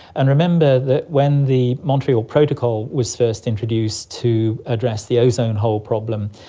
and remember that when the montreal protocol was first introduced to address the ozone hole problem,